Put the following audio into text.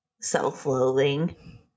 self-loathing